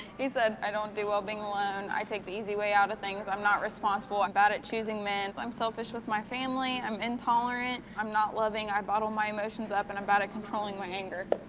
he said i don't do well being alone, i take the easy way out of things, i'm not responsible, i'm bad at choosing men, but i'm selfish with my family, i'm intolerant, i'm not loving, i bottle my emotions up, and i'm bad at controlling my anger.